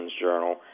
journal